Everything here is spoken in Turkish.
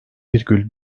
virgül